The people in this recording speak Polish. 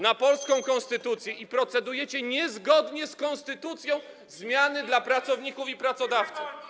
na polską konstytucję i procedujecie niezgodnie z konstytucją zmiany dla pracowników i pracodawców.